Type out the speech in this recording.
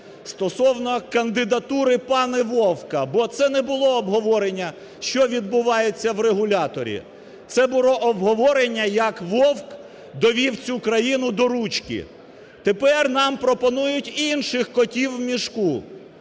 стосовно кандидатури пана Вовка, бо це було обговорення, що відбувається в регуляторі. Це було обговорення, як Вовк довів цю країну до ручки. Тепер нам пропонують інших "котів у мішку".